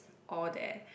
all there